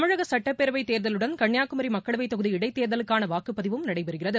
தமிழக சட்டப்பேரவைத் தேர்தலுடன் கன்னியாகுமி மக்களவைத் தொகுதி இடைத்தேர்தலுக்கான வாக்குப்பதிவும் நடைபெறுகிறது